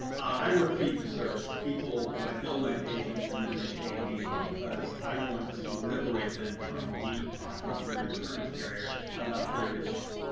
i work fee-for-service. people, i bill my patients, and then they pay me, and because i want to liberate them from me talking to their insurance carrier about their issues.